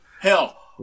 Hell